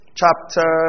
chapter